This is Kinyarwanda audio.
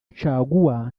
caguwa